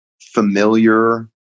familiar